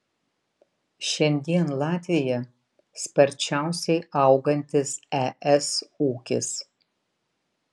šiandien latvija sparčiausiai augantis es ūkis